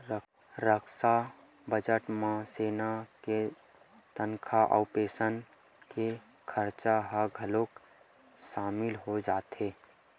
रक्छा बजट म सेना के तनखा अउ पेंसन के खरचा ह घलोक सामिल हो जाथे